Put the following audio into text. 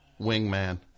wingman